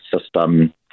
system